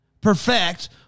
perfect